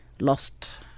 lost